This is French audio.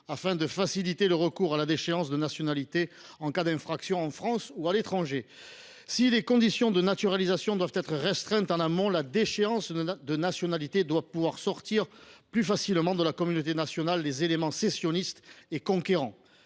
manière à faciliter le recours à la déchéance de nationalité en cas d’infraction commise en France ou à l’étranger. Si les conditions de naturalisation doivent être restreintes en amont, la déchéance de nationalité doit nous permettre de faire sortir plus aisément de la communauté nationale les éléments sécessionnistes et conquérants.